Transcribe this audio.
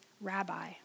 rabbi